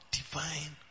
divine